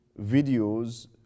videos